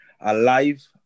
alive